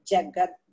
Jagat